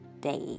day